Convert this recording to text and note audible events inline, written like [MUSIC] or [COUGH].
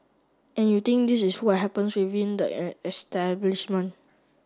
and you think this is what happens within the [HESITATION] establishment